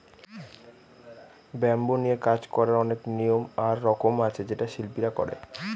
bamboo নিয়ে কাজ করার অনেক নিয়ম আর রকম আছে যেটা শিল্পীরা করে